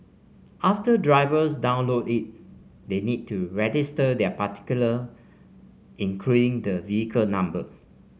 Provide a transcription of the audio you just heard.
after drivers download it they need to register their particular including the vehicle number